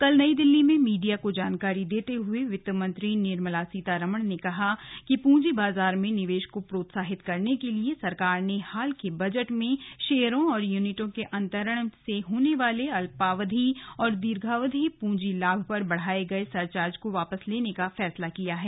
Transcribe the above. कल नई दिल्ली में मीडिया को जानकारी देते हुए वित्त मंत्री निर्मला सीतारामन ने कहा कि पूंजी बाजार में निवेश को प्रोत्साहित करने के लिए सरकार ने हाल के बजट में शेयरों और यूनिटों के अंतरण से होने वाले अल्पावधि और दीर्घावधि प्रंजी लाभ पर बढ़ाए गए सरचार्ज को वापस लेने का फैसला किया है